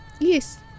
Yes